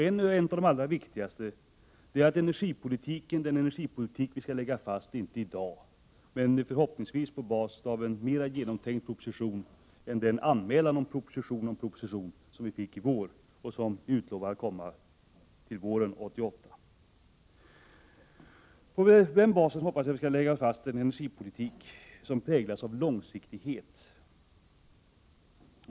En av de allra viktigaste slutsatserna är att energipolitiken — som inte läggs fast i dag, men förhoppningsvis på basis av en genomtänkt proposition som har utlovats till våren 1988 — skall präglas av långsiktighet.